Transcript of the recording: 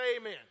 Amen